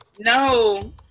No